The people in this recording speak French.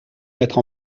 mettre